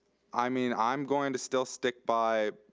i mean, i'm going to still stick by,